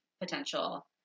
potential